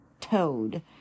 toad